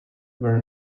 were